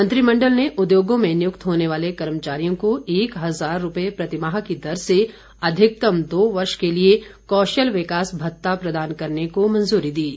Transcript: मंत्रिमण्डल ने उद्योगों में नियुक्त होने वाले कर्मचारियों को एक हजार रूपए प्रतिमाह की दर से अधिकतम दो वर्ष के लिए कौशल विकास भत्ता प्रदान करने को भी मंजूरी दी है